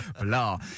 blah